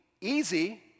easy